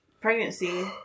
pregnancy